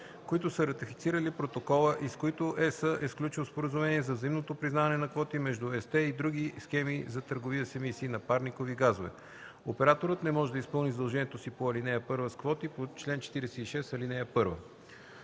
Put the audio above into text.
които са ратифицирали протокола и с които ЕС е сключил споразумение за взаимното признаване на квоти между ЕСТЕ и други схеми за търговия с емисии на парникови газове. Операторът не може да изпълни задължението си по ал. 1 с квоти по чл. 46, ал. 1.